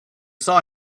saw